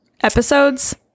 Episodes